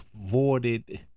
voided